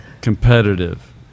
Competitive